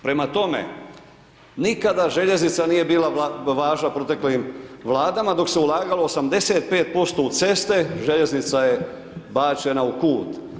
Prema tome, nikada željeznica nije bila važna proteklim vladama, dok se ulagalo 85% u ceste, željeznica je bačena u kud.